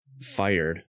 fired